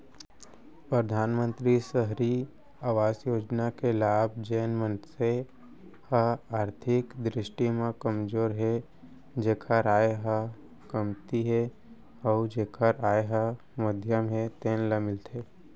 परधानमंतरी सहरी अवास योजना के लाभ जेन मनसे ह आरथिक दृस्टि म कमजोर हे जेखर आय ह कमती हे अउ जेखर आय ह मध्यम हे तेन ल मिलथे